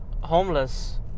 homeless